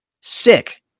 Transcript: Sick